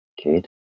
kid